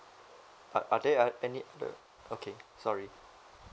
are are there a~ any okay sorry